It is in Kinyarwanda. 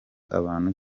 abantu